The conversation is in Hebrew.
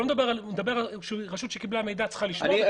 רשות שקיבלה מידע צריכה לשמור?